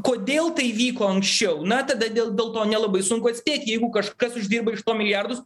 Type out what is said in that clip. kodėl tai vyko anksčiau na tada dėl dėl to nelabai sunku atspėt jeigu kažkas uždirba iš to milijardus